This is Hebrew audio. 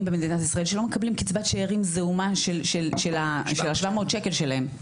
במדינת ישראל שלא מקבלים קצבת שארים זעומה של ה-700 שלהם.